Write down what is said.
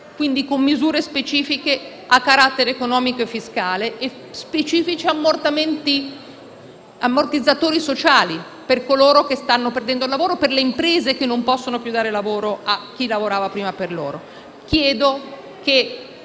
con misure specifiche di carattere economico e fiscale e specifici ammortizzatori sociali per coloro che stanno perdendo il lavoro, per le imprese che non possono più dare lavoro a chi lavorava prima per loro.